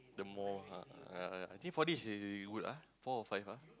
the more uh yeah I think four days would be good ah four or five ah